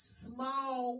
small